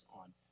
on